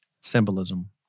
symbolism